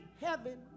heaven